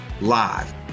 live